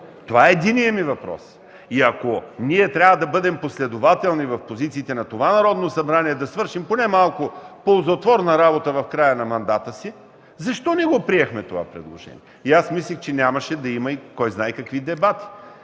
Това е единият ми въпрос. Ако трябва да бъдем последователни в позицията на това Народно събрание и да свършим поне малко ползотворна работа в края на мандата си, защо не приехме това предложение? Мисля, че нямаше да има кой знае какви дебати.